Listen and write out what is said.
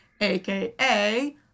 aka-